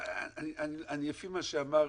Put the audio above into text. לפי מה שאמר,